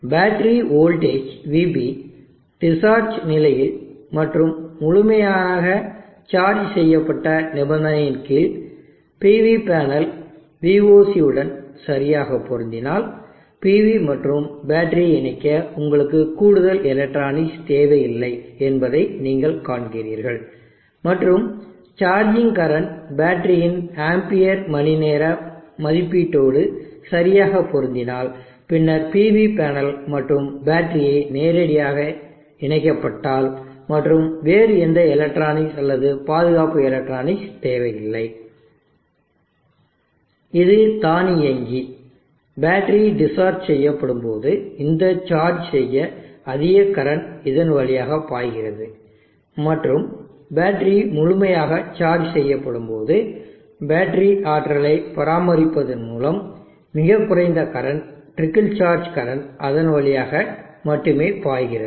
battery voltage vB discharge நிலையில் மற்றும் முழுமையாக சார்ஜ் செய்யப்பட்ட நிபந்தனையின் கீழ் PV பேனல் Voc உடன் சரியாக பொருந்தினால் PV மற்றும் பேட்டரியை இணைக்க உங்களுக்கு கூடுதல் எலக்ட்ரானிக்ஸ் தேவையில்லை என்பதை நீங்கள் காண்கிறீர்கள் மற்றும் சார்ஜிங் கரண்ட் பேட்டரியின் ஆம்பியர் மணிநேர மதிப்பீட்டோடு சரியாக பொருந்தினால் பின்னர் pv பேனல் மற்றும் பேட்டரியை நேரடியாக இணைக்கபட்டால் மற்றும் வேறு எந்த எலக்ட்ரானிக்ஸ் அல்லது பாதுகாப்பு எலக்ட்ரானிக்ஸ் தேவையில்லை இது தானியங்கி பேட்டரி டிஸ்சார்ஜ் செய்யப்படும்போது இதை சார்ஜ் செய்ய அதிக கரண்ட் இதன் வழியாக பாய்கிறது மற்றும் பேட்டரி முழுமையாக சார்ஜ் செய்யப்படும்போது பேட்டரி ஆற்றலைப் பராமரிப்பதன் மூலம் மிகக் குறைந்த கரண்ட் ட்ரிக்கிள் சார்ஜ் கரண்ட் அதன் வழியாக மட்டுமே பாய்கிறது